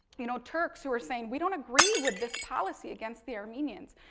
you know, turks who are saying we don't agree with this policy against the armenians.